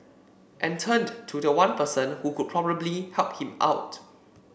and turned to the one person who could probably help him out